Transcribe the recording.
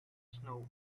snow